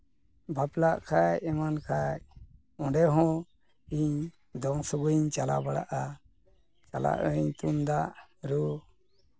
ᱵᱟᱯᱞᱟᱜ ᱠᱷᱟᱱ ᱮᱱᱠᱷᱟᱱ ᱚᱸᱰᱮ ᱦᱚᱸ ᱤᱧ ᱫᱚᱝ ᱥᱚᱜᱚᱭᱤᱧ ᱪᱟᱞᱟᱣ ᱵᱟᱲᱟᱜᱼᱟ ᱪᱟᱞᱟᱜ ᱟᱹᱧ ᱛᱩᱢᱫᱟᱜ ᱨᱩ